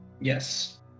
Yes